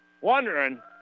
wondering